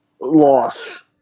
loss